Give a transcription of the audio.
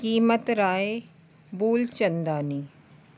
Kimatrai Bulchandani